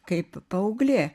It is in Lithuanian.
kaip paauglė